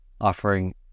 offering